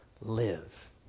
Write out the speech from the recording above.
live